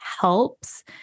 helps